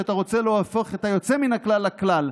שאתה רוצה להפוך את היוצא מן הכלל לכלל.